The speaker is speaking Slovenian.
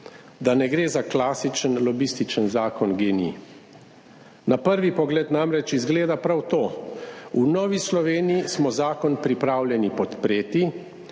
da ne gre za klasičen lobističen zakon GEN-I. Na prvi pogled namreč izgleda prav to. V Novi Sloveniji smo zakon pripravljeni podpreti,